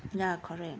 ya correct